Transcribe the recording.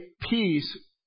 peace